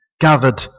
gathered